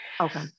Okay